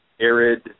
arid